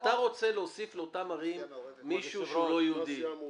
אתה רוצה להוסיף לאותן ערים מישהו שהוא לא יהודי.